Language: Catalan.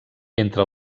entre